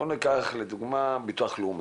בוא ניקח לדוגמה ביטוח לאומי,